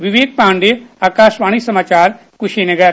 विवेक पाण्डेय आकाशवाणी समाचार कुशीनगर